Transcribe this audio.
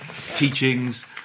teachings